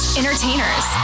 entertainers